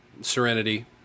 Serenity